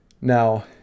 now